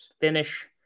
finish